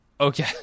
Okay